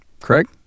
Craig